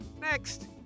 Next